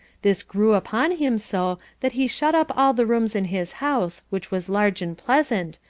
this grew upon him so, that he shut up all the rooms in his house, which was large and pleasant,